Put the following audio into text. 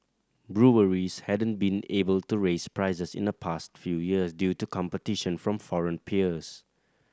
breweries hadn't been able to raise prices in the past few years due to competition from foreign peers